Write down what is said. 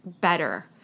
better